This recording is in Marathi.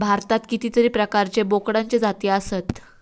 भारतात कितीतरी प्रकारचे बोकडांचे जाती आसत